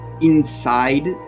inside